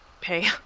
pay